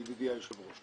ידידי היושב ראש.